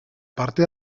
parte